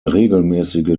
regelmäßige